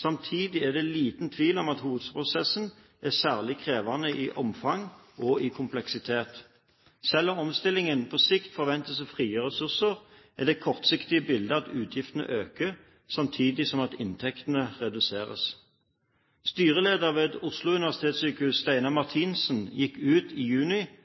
Samtidig er det liten tvil om at hovedstadsprosessen er særlig krevende i omfang og i kompleksitet. Selv om omstillingen på sikt forventes å frigjøre ressurser, er det kortsiktige bildet at utgiftene øker samtidig som inntektene reduseres. Styreleder ved Oslo universitetssykehus, Steinar Marthinsen, gikk i juni